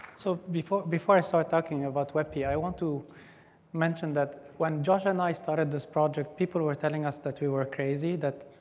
so before before i start talking about webp, yeah i want to mention that when josh and i started this project, people were telling us that we were crazy.